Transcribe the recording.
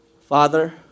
Father